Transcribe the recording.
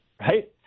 right